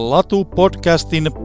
Latu-podcastin